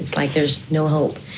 like there's no hope.